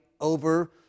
over